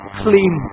clean